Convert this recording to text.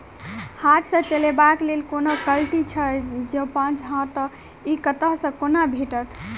हाथ सऽ चलेबाक लेल कोनों कल्टी छै, जौंपच हाँ तऽ, इ कतह सऽ आ कोना भेटत?